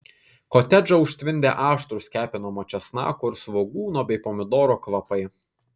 kotedžą užtvindė aštrūs kepinamo česnako ir svogūno bei pomidoro kvapai